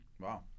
Wow